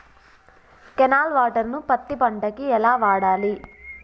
Canal water ను పత్తి పంట కి ఎలా వాడాలి?